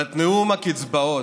אבל את נאום הקצבאות,